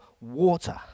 water